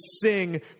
sing